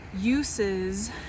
uses